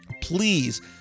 please